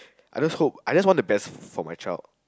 I just hope I just want the best for my child